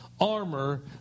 armor